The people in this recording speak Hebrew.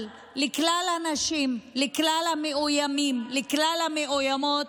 אבל לכלל הנשים, לכלל המאוימים, לכלל המאוימות,